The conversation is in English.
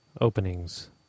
openings